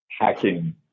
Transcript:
hacking